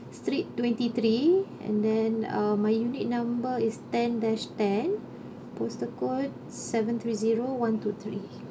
street twenty three and then uh my unit number is ten dash ten postal code seven three zero one two three